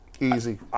Easy